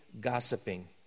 gossiping